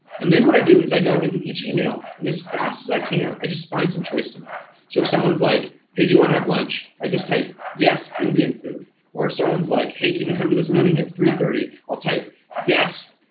and then what i do is i go in each email, and as fast as i can, i just find some choice to make. so if someone's like hey, do you wanna have lunch, i just type yes, indian food. or if someone's like hey, can you come to this meeting at three thirty, i'll type yes,